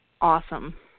awesome